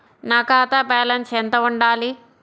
నా ఖాతా బ్యాలెన్స్ ఎంత ఉండాలి?